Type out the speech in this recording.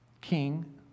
king